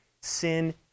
sin